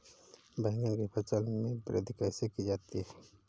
बैंगन की फसल में वृद्धि कैसे की जाती है?